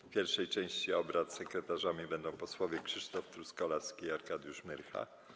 W pierwszej części obrad sekretarzami będą posłowie Krzysztof Truskolaski i Arkadiusz Myrcha.